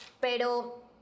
pero